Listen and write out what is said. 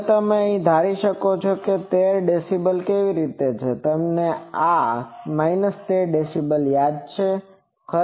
હવે તમે અહીં ધારી શકો છો કે આ 13db કેવી રીતે છે તમને આ 13db યાદ છે